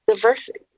diversity